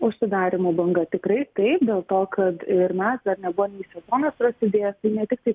užsidarymų banga tikrai taip dėl to kad ir mes dar nebuvo nei sezonas prasidėjęs tai ne tiktai